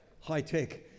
High-tech